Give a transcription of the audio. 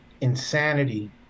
Insanity